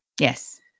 Yes